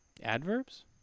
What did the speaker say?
Adverbs